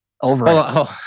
over